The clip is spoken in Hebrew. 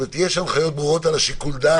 זאת אומרת שיש הנחיות ברורות על שיקול הדעת של השוטר?